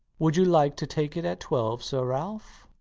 would you like to take it at twelve, sir ralph?